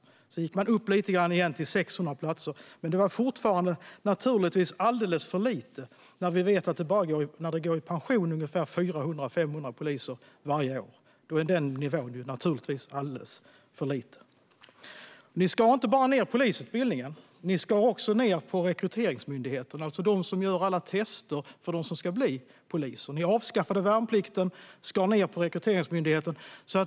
Sedan gick man upp lite grann igen, till 600 platser. Men det var naturligtvis fortfarande alldeles för lite i och med att 400-500 poliser går i pension varje år. Då är den nivån alldeles för låg. Ni skar inte bara ned polisutbildningen. Ni skar också ned på Rekryteringsmyndigheten, alltså den som gör alla tester för dem som ska bli poliser. Ni avskaffade värnplikten och skar ned på Rekryteringsmyndigheten.